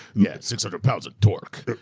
yeah, six hundred pounds of torque.